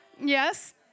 Yes